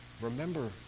Remember